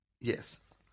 Yes